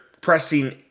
pressing